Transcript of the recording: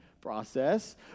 process